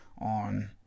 on –